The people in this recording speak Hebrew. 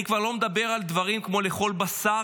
אני כבר לא מדבר על דברים כמו לאכול בשר,